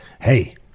hey